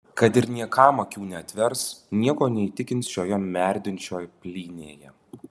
kad ir niekam akių neatvers nieko neįtikins šioje merdinčioj plynėje